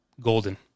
golden